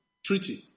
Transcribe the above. Treaty